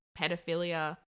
pedophilia